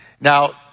Now